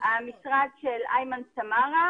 המשרד של איימן סמארה,